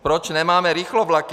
Proč nemáme rychlovlaky?